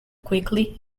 quickly